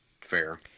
Fair